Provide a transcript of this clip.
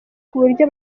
kuburyo